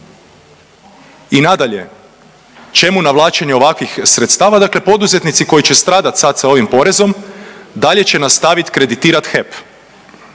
I nadalje, čemu navlačenje ovakvih sredstava? Dakle poduzetnici koji će stradati sada sa ovim porezom dalje će nastaviti kreditirati HEP,